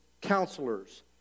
counselors